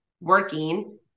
working